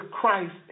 Christ